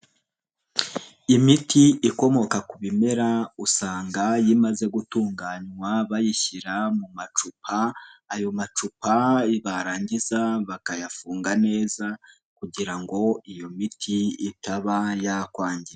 Imiti ikomoka ku bimera usanga imaze gutunganywa bayishyira mu macupa, ayo macupa barangiza bakayafunga neza kugira ngo iyo miti itaba yakwangi.